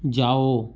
जाओ